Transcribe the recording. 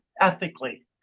ethically